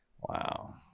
Wow